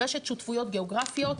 רשת שותפויות גיאוגרפיות.